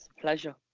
pleasure